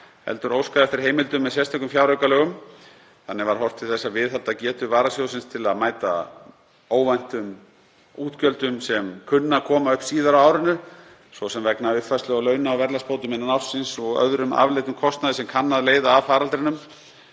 heldur óskað eftir heimildum með sérstökum fjáraukalögum. Þannig var horft til þess að viðhalda getu varasjóðsins til þess að mæta óvæntum útgjöldum sem kunna að koma upp síðar á árinu, svo sem vegna uppfærslu á launa- og verðlagsbótum innan ársins og öðrum afleiddum kostnaði sem kann að leiða af faraldrinum.